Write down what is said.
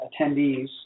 attendees